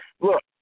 Look